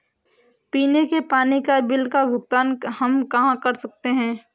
पीने के पानी का बिल का भुगतान हम कहाँ कर सकते हैं?